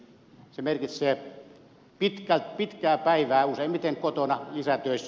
se merkitsee pitkää päivää useimmiten kotona lisätöissä